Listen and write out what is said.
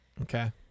Okay